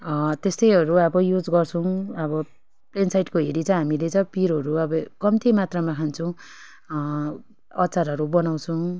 त्यस्तैहरू अब युज गर्छौँ अब प्लेन साइडको हेरि चाहिँ हामीले चाहिँ पिरोहरू अब कम्ती मात्रमा खान्छौँ अचारहरू बनाउँछौँ